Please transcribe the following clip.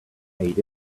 ate